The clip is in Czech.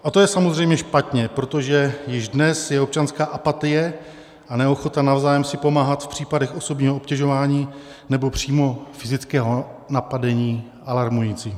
A to je samozřejmě špatně, protože již dnes je občanská apatie a neochota navzájem si pomáhat v případech osobního obtěžování, nebo přímo fyzického napadení, alarmující.